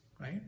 right